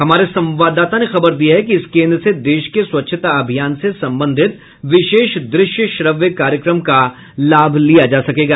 हमारे संवाददाता ने खबर दी है कि इस केन्द्र से देश के स्वच्छता अभियान से संबंधित विशेष दृश्य श्रव्य कार्यक्रम का लाभ लिया जा सकेगा